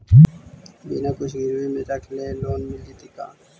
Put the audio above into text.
बिना कुछ गिरवी मे रखले लोन मिल जैतै का?